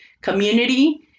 community